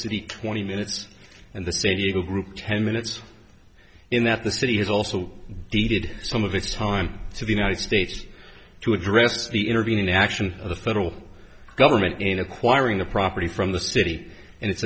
city twenty minutes and the city group ten minutes in that the city has also dated some of its time so the united states to address the intervening action of the federal government in acquiring the property from the city and it